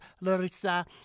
larissa